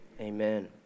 Amen